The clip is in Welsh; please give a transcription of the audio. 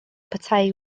petai